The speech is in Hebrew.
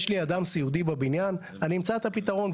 יש לי אדם סיעודי בבניין, אני אמצא את הפתרון.